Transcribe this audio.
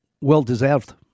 well-deserved